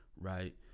Right